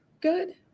good